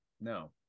no